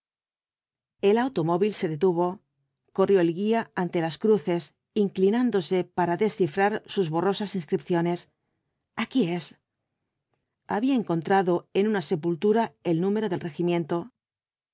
el automóvil se detuvo corrió el guía entre las cruces inclinándose para descifrar sus borrosas inscripciones aquí es había encontrado en una sepultura el número del regimiento